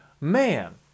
Man